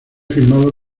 firmado